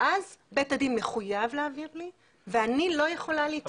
אז בית הדין מחויב להעביר לי ואני לא יכולה להתעלם מזה.